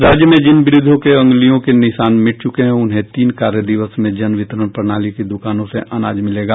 राज्य में जिन व्रद्वों के अंग्रलियों के निशान मिट चुके हैं उन्हें तीन कार्य दिवस में जन वितरण प्रणाली की दुकानों से अनाज मिलेगा